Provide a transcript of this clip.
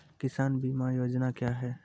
किसान बीमा योजना क्या हैं?